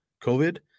COVID